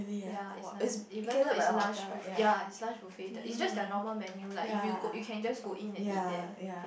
ya is nice even though is lunch buf~ ya is lunch buffet the it's just their normal menu like if you you can just go in and eat there